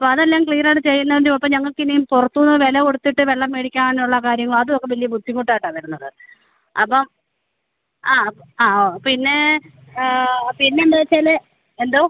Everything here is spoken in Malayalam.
അപ്പോൾ അതെല്ലാം ക്ലിയർ ആയിട്ട് ചെയ്യുന്നതിൻ്റെ ഒപ്പം ഞങ്ങൾക്ക് ഇനിയും പുറത്തുനിന്നിട്ട് വില കൊടുത്തിട്ട് വെള്ളം വേടിക്കാനുള്ള കാര്യങ്ങൾ അത് ഒക്കെ വലിയ ബുദ്ധിമുട്ടായിട്ടാ വരുന്നത് അപ്പോൾ ആ ആ ഓ പിന്നെ ആ പിന്നെ എന്താ വച്ചാൽ എന്തോ